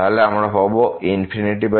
তাহলে আমরা পাব ∞∞